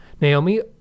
Naomi